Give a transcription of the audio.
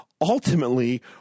ultimately